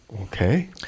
Okay